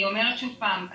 אני אומרת שוב פעם.